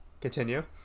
Continue